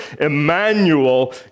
Emmanuel